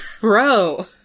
bro